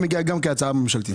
זה היה מגיע גם כהצעה ממשלתית.